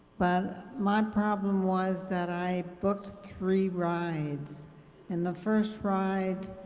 but my problem was that i booked three rides and the first ride,